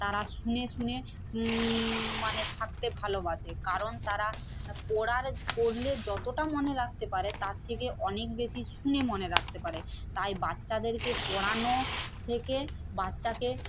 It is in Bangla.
তারা শুনে শুনে মানে থাকতে ভালোবাসে কারণ তারা পড়ার পড়লে যতটা মনে রাখতে পারে তার থেকে অনেক বেশি শুনে মনে রাখতে পারে তাই বাচ্চাদেরকে পড়ানো থেকে বাচ্চাকে